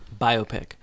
Biopic